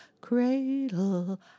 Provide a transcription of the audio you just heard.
cradle